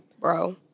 Bro